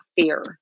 fear